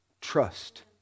trust